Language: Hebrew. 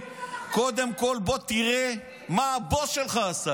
קודם כול בוא תראה מה הבוס שלך עשה.